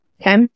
Okay